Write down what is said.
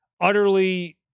Utterly